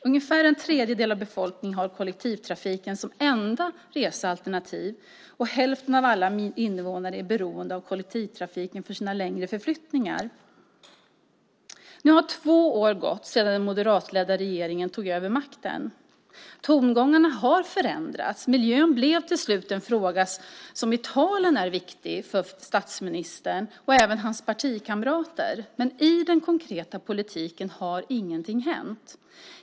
Ungefär en tredjedel av befolkningen har kollektivtrafiken som det enda resealternativet, och hälften av alla invånare är beroende av kollektivtrafiken vid längre förflyttningar. Nu har två år gått sedan den moderatledda regeringen tog över makten. Tongångarna har förändrats. Miljön blev till slut en fråga som i talen är viktig för statsministern och även för hans partikamrater. Men i den konkreta politiken har ingenting hänt.